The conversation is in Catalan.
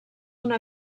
una